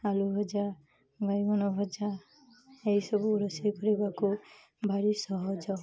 ଆଳୁ ଭଜା ବାଇଗଣ ଭଜା ଏସବୁ ରୋଷେଇ କରିବାକୁ ଭାରି ସହଜ